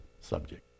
subject